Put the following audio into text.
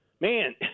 Man